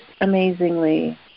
amazingly